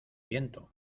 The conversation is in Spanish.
viento